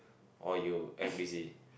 or you act busy